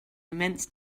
immense